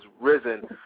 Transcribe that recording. risen